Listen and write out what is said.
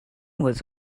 was